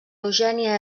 eugènia